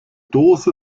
dose